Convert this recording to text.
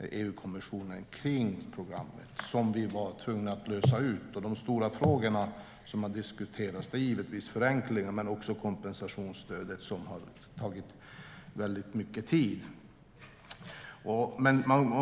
EU-kommissionen om programmet som vi var tvungna att lösa. De stora frågor som har diskuterats är givetvis regelförenklingar men också kompensationsstödet som har tagit väldigt mycket tid.